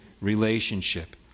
relationship